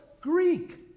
Greek